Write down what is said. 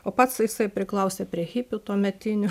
o pats jisai priklausė prie hipių tuometinių